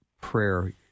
prayer